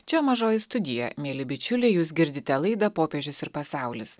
čia mažoji studija mieli bičiuliai jūs girdite laidą popiežius ir pasaulis